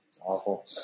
awful